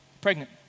pregnant